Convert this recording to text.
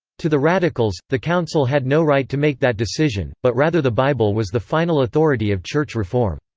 to the radicals, the council had no right to make that decision, but rather the bible was the final authority of church reform.